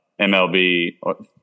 MLB